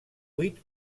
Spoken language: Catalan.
vuit